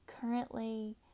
currently